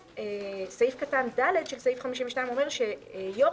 וסעיף (ד) של סעיף 52 אומר שיו"ר